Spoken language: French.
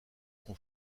son